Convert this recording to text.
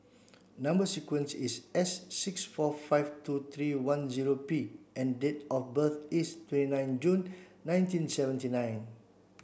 number sequence is S six four five two three one zero P and date of birth is twenty nine June nineteen seventy nine